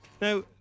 Now